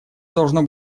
должно